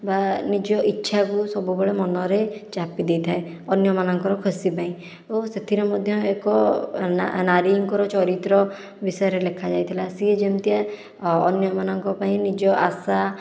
ବା ନିଜ ଇଛାକୁ ସବୁବେଳେ ମନରେ ଚାପିଦେଇଥାଏ ଅନ୍ୟମାନଙ୍କର ଖୁସି ପାଇଁ ଓ ସେଥିରେ ମଧ୍ୟ ଏକ ନାରୀଙ୍କର ଚରିତ୍ର ବିଷୟରେ ଲେଖାଯାଇଥିଲା ସେ ଯେମିତିକା ଅନ୍ୟମାନଙ୍କ ପାଇଁ ନିଜ ଆଶା